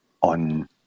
on